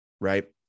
Right